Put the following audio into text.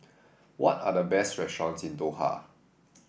what are the best restaurants in Doha